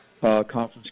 conference